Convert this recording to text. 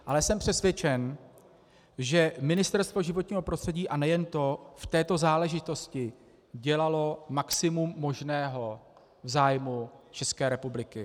Ale jsem přesvědčen, že Ministerstvo životního prostředí, a nejen to, v této záležitosti dělalo maximum možného v zájmu České republiky.